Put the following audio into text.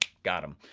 got em.